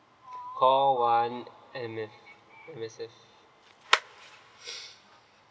call one M~ M_S_F